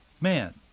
man